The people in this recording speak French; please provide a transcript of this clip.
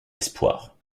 espoir